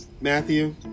Matthew